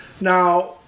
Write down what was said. Now